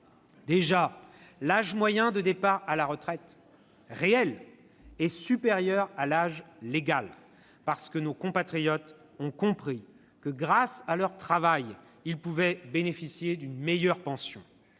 déjà, l'âge moyen de départ à la retraite est supérieur à l'âge légal, parce que nos compatriotes ont compris que, grâce à leur travail, ils pouvaient bénéficier d'une meilleure pension,